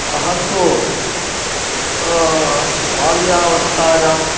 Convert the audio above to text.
अहं तु बाल्यावस्तायाम्